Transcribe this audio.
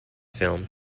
film